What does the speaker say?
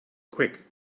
quick